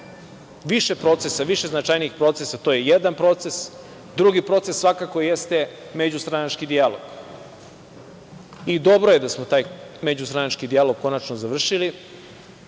ne? Dakle, više značajnih procesa je jedan proces. Drugi proces svakako jeste međustranački dijalog i dobro je da smo taj međustranački dijalog konačno završili